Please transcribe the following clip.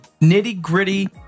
nitty-gritty